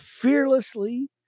fearlessly